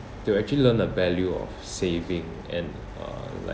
to actually learn the value of saving and uh like